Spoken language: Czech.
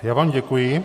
Já vám děkuji.